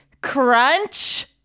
crunch